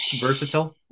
Versatile